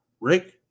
Rick